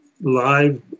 live